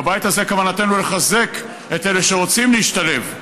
בבית הזה כוונתנו לחזק את אלה שרוצים להשתלב,